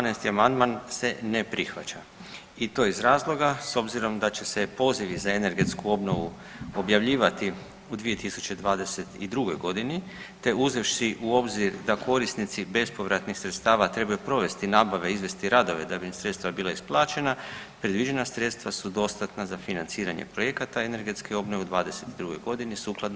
112. amandman se ne prihvaća i to iz razloga, s obzirom da će se pozivi za energetsku obnovu objavljivati u 2022. g. te uzevši u obzir da korisnici bespovratnih sredstava trebaju provesti nabave i izvesti radove da bi im sredstva bila isplaćena, predviđena sredstva su dostatna za financiranje projekata energetske obnove u '22. g. sukladno planiranim aktivnostima.